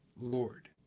Lord